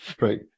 Right